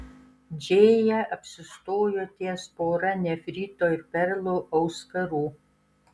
džėja apsistojo ties pora nefrito ir perlų auskarų